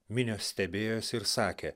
minios stebėjosi ir sakė